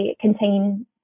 contain